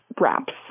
wraps